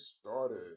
started